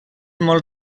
molt